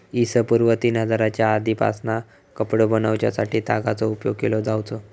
इ.स पूर्व तीन हजारच्या आदीपासना कपडो बनवच्यासाठी तागाचो उपयोग केलो जावचो